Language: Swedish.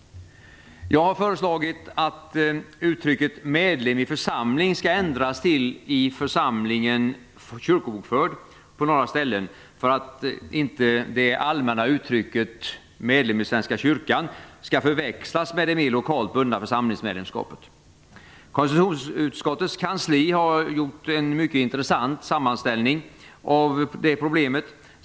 Jag har föreslagit att uttrycket "medlem i församling" skall ändras till "i församlingen kyrkobokförd" på några ställen, för att inte det allmänna uttrycket "medlem i Svenska kyrkan" skall förväxlas med det mer lokalt bundna församlingsmedlemskapet. Konstitutionsutskottets kansli har gjort en mycket intressant sammanställning av det problemet.